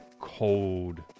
cold